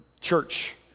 church